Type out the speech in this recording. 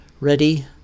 ready